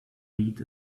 beat